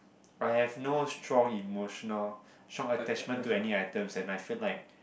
I have no strong emotional strong attachment to any items and I feel like